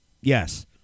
Yes